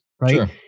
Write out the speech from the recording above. right